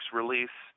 release